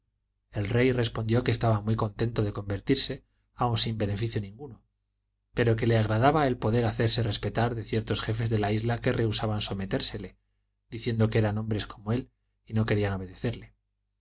el rey respondió que estaba muy contento de convertirse aun sin beneficio ninguno pero que le agradaba el poder hacerse respetar de ciertos jefes de la isla que rehusaban sometérsele diciendo que eran hombres como él y no querían obedecerle